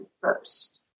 first